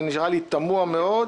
זה נראה לי תמוה מאוד.